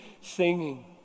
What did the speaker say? singing